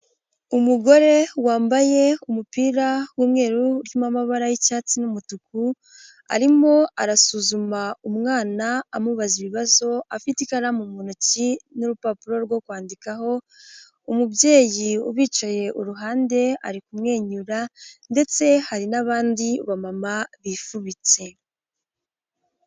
Umugore wambaye umupira w'umweru urimo amabara y'icyatsi n'umutuku, arimo arasuzuma umwana amubaza ibibazo afite ikaramu mu ntoki n'urupapuro rwo kwandikaho, umubyeyi ubicaye uruhande ari kumwenyura ndetse hari n'abandi bamama bifubitse.